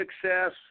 success